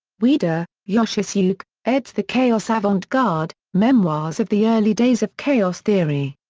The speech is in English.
ueda, yoshisuke, eds. the chaos avant-garde memoirs of the early days of chaos theory.